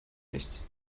nichts